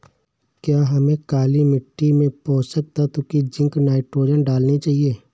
क्या हमें काली मिट्टी में पोषक तत्व की जिंक नाइट्रोजन डालनी चाहिए?